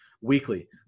weekly